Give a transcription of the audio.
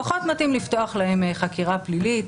פחות מתאים לפתוח להם חקירה פלילית,